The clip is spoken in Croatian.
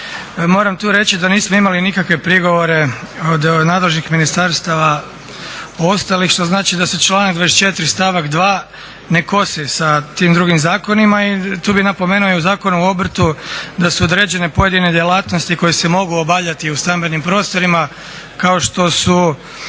Moram tu reći da nismo imali nikakve prigovore od nadležnih ministarstava ostalih, što znači da se članak 24. stavak 2. ne kosi sa tim drugim zakonima i tu bih napomenuo i u Zakonu o obrtu da su određene pojedine djelatnosti koje se mogu obavljati i u stambenim prostorima kao što su